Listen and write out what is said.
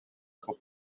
trop